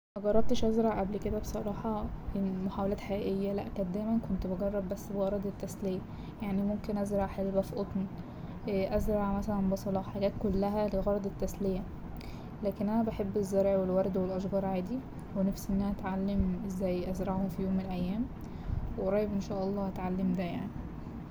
مجربتش أزرع قبل كده بصراحة محاولات حقيقية لا كانت دايما كنت بجرب بس بغرض التسلية يعني ممكن ازرع حلبة في قطن أزرع مثلا بصلة حاجات كلها لغرض التسلية لكن انا بحب الزرع والورد والأشجار عادي ونفسي إن أنا اتعلم ازاي ازرعهم في يوم من الأيام وقريب إن شاء الله هتعلم ده يعني.